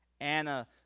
Anna